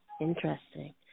interesting